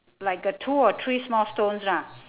like a two or three small stones lah